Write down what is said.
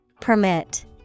Permit